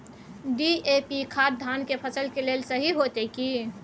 DAP खाद धान के फसल के लेल सही होतय की?